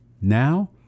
Now